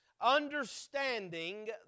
Understanding